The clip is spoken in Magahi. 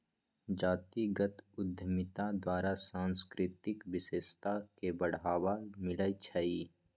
जातीगत उद्यमिता द्वारा सांस्कृतिक विशेषता के बढ़ाबा मिलइ छइ